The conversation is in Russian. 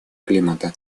климата